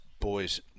boys